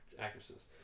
actresses